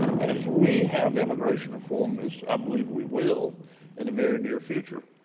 and as we have immigration reform, as i believe we will in the very near future,